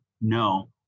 No